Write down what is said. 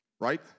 right